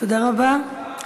תודה רבה.